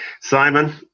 Simon